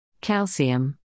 Calcium